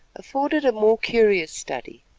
afforded a more curious study.